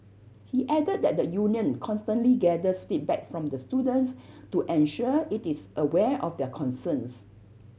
he added that the union constantly gathers feedback from the students to ensure it is aware of their concerns